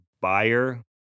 buyer